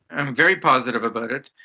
i'm very positive about it,